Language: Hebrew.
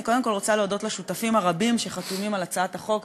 אני קודם כול רוצה להודות לשותפים הרבים שחתומים על הצעת החוק,